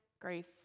grace